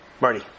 Marty